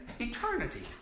eternity